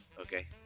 okay